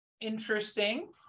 Interesting